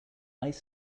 ice